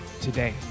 today